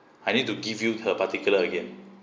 I need to give you the particular again